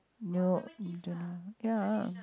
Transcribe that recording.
no don't know ya